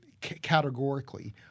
categorically